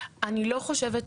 אני לא חושבת,